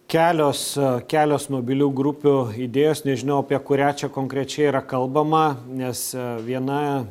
kelios kelios mobilių grupių idėjos nežinau apie kurią čia konkrečiai yra kalbama nes viena